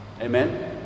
Amen